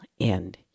end